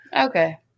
Okay